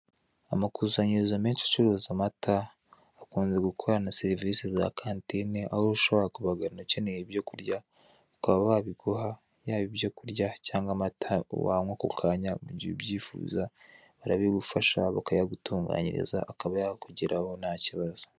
Amakusanyirizo menshi acuruza amata, akunze gukora na serivise za kantine, aho ushobora kubagana ukeneye ibyo kurya, bakaba babiguha yaba ibyo kurya, cyangwa amata wanywa ako kanya mugihe ubyifuza, barabigufasha bakabigutunganyiriza akaba yakugeraho ntakibazo.